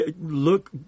Look